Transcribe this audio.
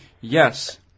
Yes